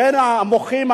בין המוחים,